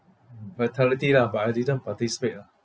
Vitality lah but I didn't participate ah